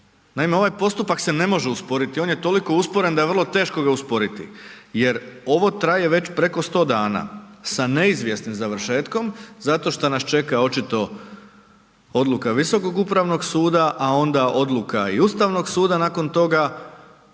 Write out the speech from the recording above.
Naime, ovaj postupak se ne može usporiti, on je toliko usporen da je vrlo teško ga usporiti jer ovo traje već preko 100 dana sa neizvjesnim završetkom zato šta nas čeka očito odluka Visokog upravnog suda, a onda odluka i Ustavnog suda nakon toga,